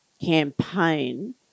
campaign